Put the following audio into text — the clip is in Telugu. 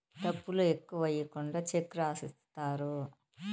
డబ్బులు ఎక్కువ ఈకుండా చెక్ రాసిత్తారు